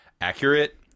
accurate